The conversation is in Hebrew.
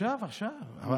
עכשיו הוקמו?